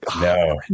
No